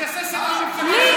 מפלגה שלו.